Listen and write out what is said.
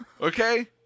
okay